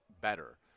better